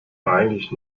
eigentlich